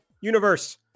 Universe